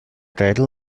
title